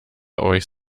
euch